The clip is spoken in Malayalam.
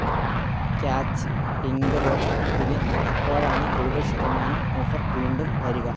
ക്യാച്ച് പിങ്ക് റോക്ക് ഉപ്പിന് എപ്പോഴാണ് എഴുപത് ശതമാനം ഓഫർ വീണ്ടും വരിക